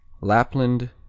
Lapland